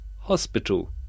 hospital